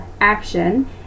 Action